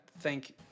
Thank